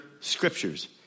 scriptures